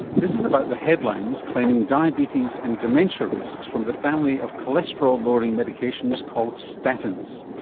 this is about the headlines claiming diabetes and dementia risks from the family of cholesterol lowering medications called statins.